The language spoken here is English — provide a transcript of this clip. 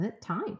time